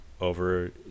over